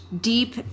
deep